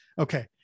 Okay